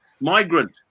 migrant